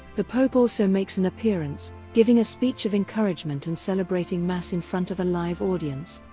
the pope also makes an appearance, giving a speech of encouragement and celebrating mass in front of a live audience.